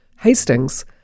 Hastings